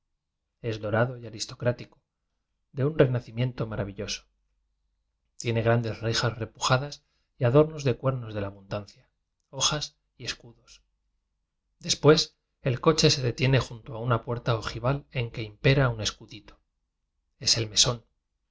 dorado y aristocrático de un renaci miento maravilloso tiene grandes rejas repujadas y adornos de cuernos de la abun dancia hojas y escudos después el coche se detiene junto a una puerta ojival en que impera un escudito es el mesón